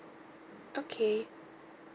okay